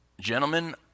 gentlemen